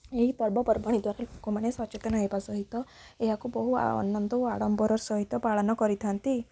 ଏହି ପର୍ବପର୍ବାଣି ଦ୍ୱାରା ଲୋକମାନେ ସଚେତନ ହେବା ସହିତ ଏହାକୁ ବହୁ ଆନନ୍ଦ ଓ ଆଡ଼ମ୍ବର ସହିତ ପାଳନ କରିଥାନ୍ତି